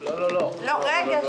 לא שלא נתנו.